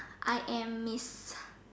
I am Miss